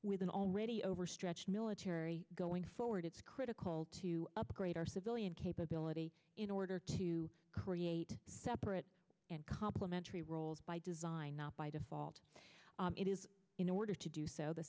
with an already overstretched military going forward it's critical to upgrade our civilian capability in order to create separate and complementary roles by design not by default it is in order to do so the